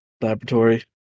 laboratory